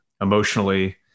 emotionally